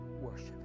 worship